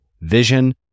vision